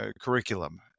curriculum